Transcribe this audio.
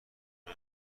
جای